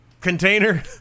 container